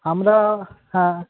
আমরা হ্যাঁ